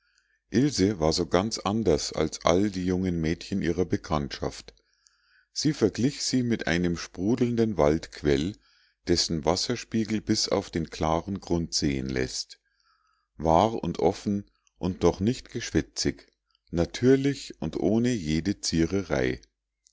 ilse war so ganz anders als all die jungen mädchen ihrer bekanntschaft sie verglich sie mit einem sprudelnden waldquell dessen wasserspiegel bis auf den klaren grund sehen läßt wahr und offen und doch nicht geschwätzig natürlich und ohne jede ziererei